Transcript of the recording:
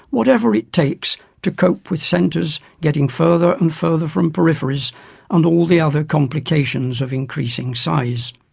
whatever it takes to cope with centres getting further and further from peripheries and all the other complications of increasing size.